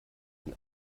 den